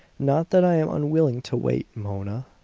not that i am unwilling to wait, mona.